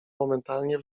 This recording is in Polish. momentalnie